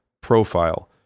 profile